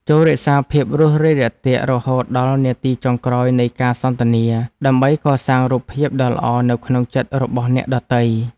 ចូររក្សាភាពរួសរាយរាក់ទាក់រហូតដល់នាទីចុងក្រោយនៃការសន្ទនាដើម្បីកសាងរូបភាពដ៏ល្អនៅក្នុងចិត្តរបស់អ្នកដទៃ។